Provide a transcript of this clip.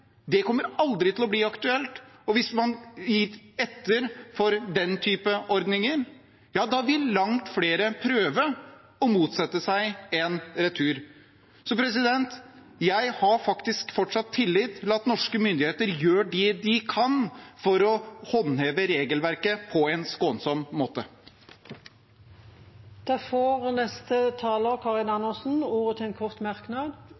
Det vil aldri komme til å bli aktuelt. Hvis man gir etter for den type ordninger, vil langt flere prøve å motsette seg en retur. Jeg har faktisk fortsatt tillit til at norske myndigheter gjør det de kan for å håndheve regelverket på en skånsom måte. Representanten Karin Andersen har hatt ordet to ganger tidligere og får ordet til en kort merknad,